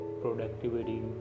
productivity